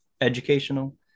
educational